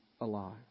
alive